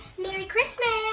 merry christmas.